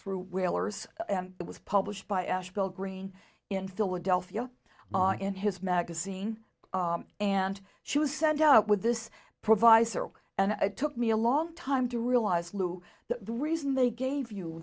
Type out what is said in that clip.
through whalers it was published by asheville green in philadelphia in his magazine and she was sent out with this proviso and it took me a long time to realize lou the reason they gave you